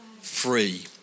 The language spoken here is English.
free